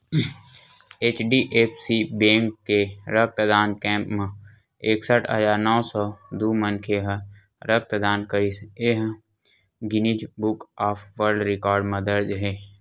HDFC bank के रक्तदान camp म एकसट हजार नव सौ दू मनखे ह रक्तदान करिस ए ह Guinness Book of World Record म दर्ज हे